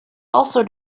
also